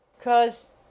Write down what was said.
Cause